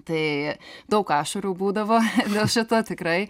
tai daug ašarų būdavo dėl šito tikrai